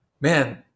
man